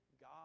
God